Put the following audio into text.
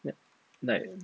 ya like